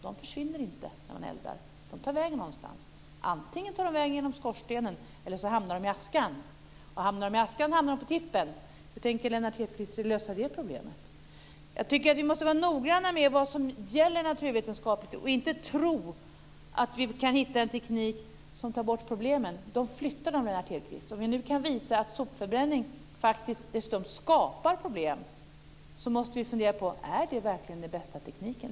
De försvinner inte när man eldar. De tar vägen någonstans. Antingen tar de vägen genom skorstenen eller så hamnar de i askan. Och hamnar de i askan hamnar de på tippen. Hur tänker Lennart Hedquist lösa det problemet? Jag tycker att vi måste vara noggranna med vad som gäller naturvetenskapligt och inte tro att vi kan hitta en teknik som tar bort problemen. Man flyttar dem bara, Lennart Hedquist. Om vi nu kan visa att sopförbränning faktiskt skapar problem så måste vi fundera på om det verkligen är den bästa tekniken.